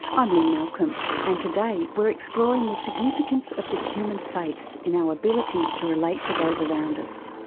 i'm lynne malcolm and today we're exploring the significance of the human face in our ability to relate to those around us.